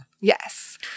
Yes